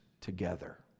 together